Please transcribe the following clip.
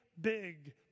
big